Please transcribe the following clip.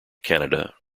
canada